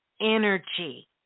energy